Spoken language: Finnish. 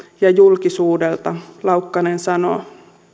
ja julkisuudelta laukkanen sanoo